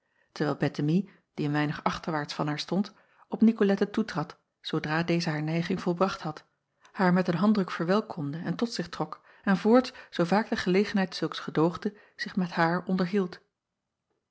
terwijl ettemie die een weinig achterwaarts van haar stond op icolette toetrad zoodra deze haar nijging volbracht had haar met een handdruk verwelkomde en tot zich trok acob van ennep laasje evenster delen en voorts zoo vaak de gelegenheid zulks gedoogde zich met haar onderhield